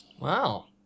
Wow